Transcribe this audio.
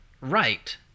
right